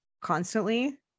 constantly